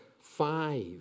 five